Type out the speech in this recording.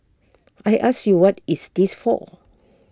I ask you what is this for